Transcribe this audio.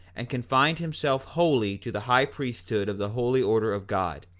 and confined himself wholly to the high priesthood of the holy order of god,